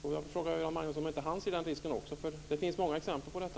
Ser inte Göran Magnusson den risken också? Det finns många exempel på detta.